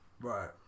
right